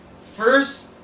First